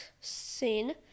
Scene